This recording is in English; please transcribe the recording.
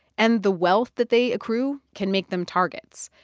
and the wealth that they accrue can make them targets.